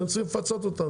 אתם צריכים לפצות אותם.